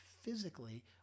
physically